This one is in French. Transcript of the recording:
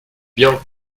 bien